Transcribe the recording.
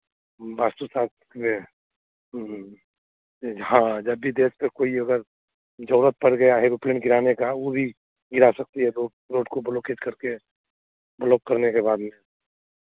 वास्तु शास्त्र के ह्म्म से ह्म्म हाँ जब भी देश का कोई अगर ज़रूरत पड़ गया है एरोप्लेन गिराने का वो भी गिर सकती है वो रोड को ब्लॉकेज करके ब्लॉक करने के बाद में